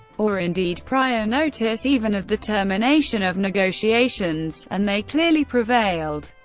or indeed prior notice even of the termination of negotiations. and they clearly prevailed.